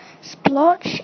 splotch